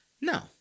No